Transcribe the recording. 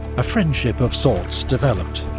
a friendship of sorts developed,